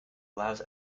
allows